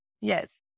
Yes